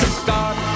start